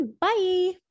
Bye